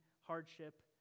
hardship